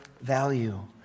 value